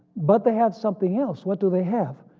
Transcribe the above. but they had something else, what do they have?